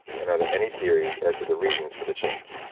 and are there any theories as to the reasons for the change?